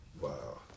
Wow